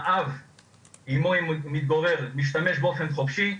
האב עימו הוא מתגורר משתמש באופן חופשי,